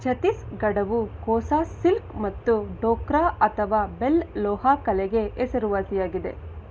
ಛತ್ತೀಸ್ಗಢವು kosa silk ಮತ್ತು ಡೋಕ್ರಾ ಅಥವಾ bell ಲೋಹ ಕಲೆಗೆ ಹೆಸರುವಾಸಿಯಾಗಿದೆ